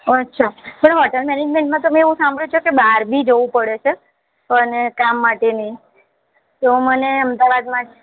અચ્છા પણ હોટલ મેનેજમેન્ટમાં તો મેં એવું સંભાળ્યું છે કે બહાર બી જવું પડે છે અને કામ માટે બી તો મને અમદાવાદમાં જ